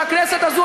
שהכנסת הזו,